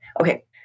Okay